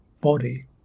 body